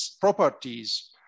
properties